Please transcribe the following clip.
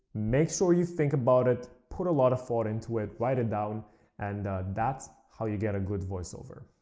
make sure you think about it, put a lot of thought into it, write it down and that's how you get a good voiceover